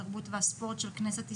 התרבות והספורט של כנסת ישראל,